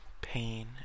pain